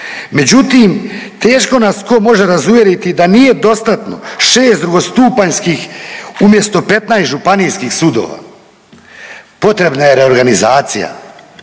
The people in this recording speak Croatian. Međutim, teško nas tko može razuvjeriti da nije dostatno 6 drugostupanjskih umjesto 15 županijskih sudova. Potrebna je reorganizacija